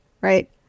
right